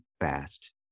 fast